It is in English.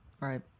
right